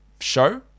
show